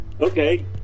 okay